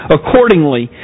Accordingly